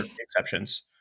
exceptions